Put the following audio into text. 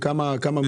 כמה מיליליטר?